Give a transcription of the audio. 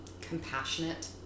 Compassionate